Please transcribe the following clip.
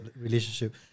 relationship